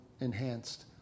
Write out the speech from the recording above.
enhanced